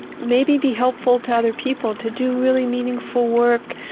maybe be helpful to other people, to do really meaningful work,